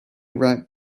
right